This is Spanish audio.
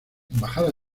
embajada